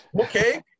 Okay